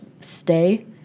stay